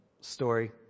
story